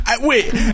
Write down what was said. Wait